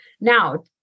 Now